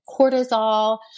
cortisol